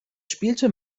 spielte